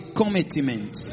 commitment